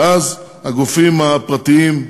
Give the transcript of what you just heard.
ואז הגופים הפרטיים,